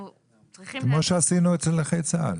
כמו שעשינו אצל נכי צה"ל.